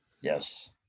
Yes